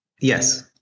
Yes